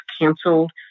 canceled